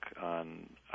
on